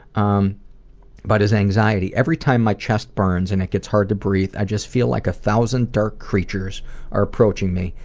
um but his anxiety, every time my chest burns and it gets hard to breathe, i just feel like a thousand dark creatures are approaching me,